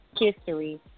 history